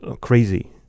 crazy